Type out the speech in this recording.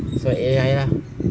so A_I lah